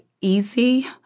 easy